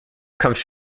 comes